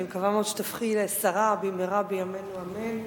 אני מקווה מאוד שתהפכי לשרה במהרה בימינו אמן,